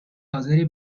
حاضری